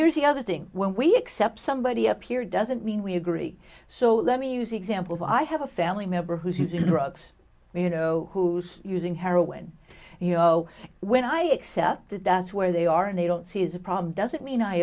here's the other thing when we accept somebody up here doesn't mean we agree so let me use examples i have a family member who's using drugs you know who's using heroin you know when i accept that that's where they are and they don't see is a problem doesn't mean i